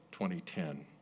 2010